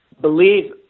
believe